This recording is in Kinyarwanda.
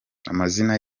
amazina